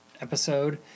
episode